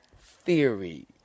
theory